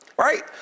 right